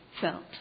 felt